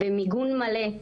במיגון מלא,